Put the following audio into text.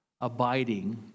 abiding